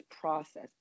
process